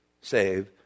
Save